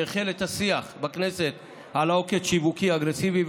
שהחל את השיח בכנסת על עוקץ שיווקי אגרסיבי,